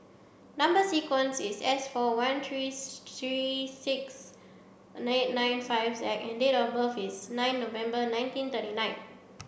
number sequence is S four one trees three six nine nine five Z and date of birth is nine November nineteen thirty nine